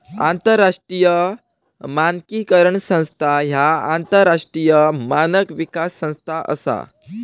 आंतरराष्ट्रीय मानकीकरण संस्था ह्या आंतरराष्ट्रीय मानक विकास संस्था असा